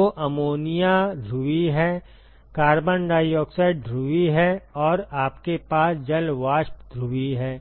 तो अमोनिया ध्रुवीय है कार्बन डाइऑक्साइड ध्रुवीय है और आपके पास जल वाष्प ध्रुवीय है